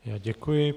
Já děkuji.